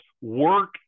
work